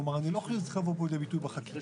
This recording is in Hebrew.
אני לא חושב שזה צריך לבוא לידי ביטוי בחקיקה.